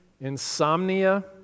insomnia